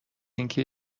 اینکه